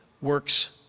works